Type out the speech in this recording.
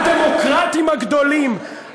הדמוקרטים הגדולים,